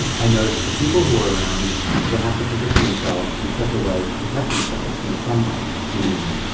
i noticed that the people who were around would have to position themselves in such a way to protect themselves from the sunlight what do you mean?